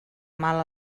mal